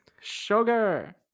Sugar